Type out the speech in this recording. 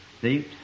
See